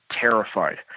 terrified